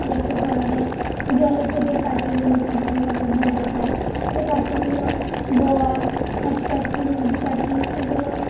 দেখতে পাওয়া যায় জলেতে যে পাখিগুলো থাকে মাছ ধরে খায় সে পাখিগুলো বক হাঁস পাখি মুরগি পাখি এগুলো